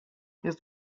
jest